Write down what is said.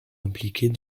impliquées